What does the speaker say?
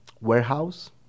warehouse